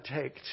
take